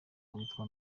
witwa